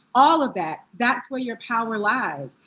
all of that, that's where your power lies.